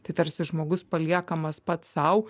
tai tarsi žmogus paliekamas pats sau